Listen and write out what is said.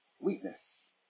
weakness